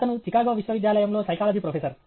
అతను చికాగో విశ్వవిద్యాలయంలో psychology professor